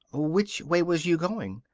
which way was you going?